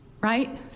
right